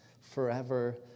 forever